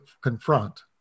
confront